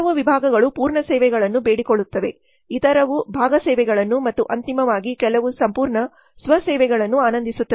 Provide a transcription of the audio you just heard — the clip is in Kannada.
ಕೆಲವು ವಿಭಾಗಗಳು ಪೂರ್ಣ ಸೇವೆಗಳನ್ನು ಬೇಡಿಕೊಳ್ಳುತ್ತವೆ ಇತರವು ಭಾಗ ಸೇವೆಗಳನ್ನು ಮತ್ತು ಅಂತಿಮವಾಗಿ ಕೆಲವು ಸಂಪೂರ್ಣ ಸ್ವ ಸೇವೆಗಳನ್ನು ಆನಂದಿಸುತ್ತವೆ